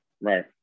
Right